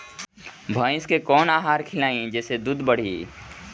भइस के कवन आहार खिलाई जेसे दूध बढ़ी?